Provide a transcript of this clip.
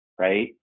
right